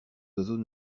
oiseaux